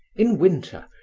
in winter,